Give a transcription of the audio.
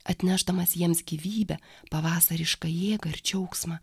atnešdamas jiems gyvybę pavasarišką jėgą ir džiaugsmą